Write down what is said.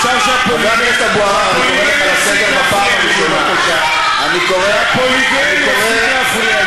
אפשר שהפוליגם יפסיק להפריע לי,